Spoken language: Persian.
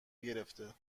گرفته